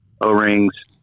O-rings